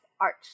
art